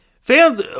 fans